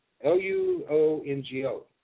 L-U-O-N-G-O